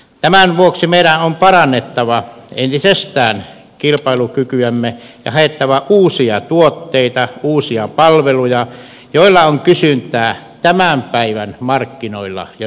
tämän vuoksi meidän on parannettava entisestään kilpailukykyämme ja haettava uusia tuotteita uusia palveluja joilla on kysyntää tämän päivän markkinoilla ja tulevaisuudessa